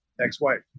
ex-wife